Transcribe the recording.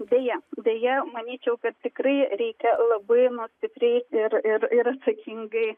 deja deja manyčiau kad tikrai reikia labai nu stipriai ir ir ir atsakingai